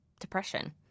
depression